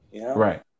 Right